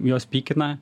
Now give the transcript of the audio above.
juos pykina